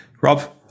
Rob